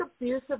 abusive